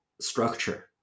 structure